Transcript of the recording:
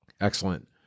Excellent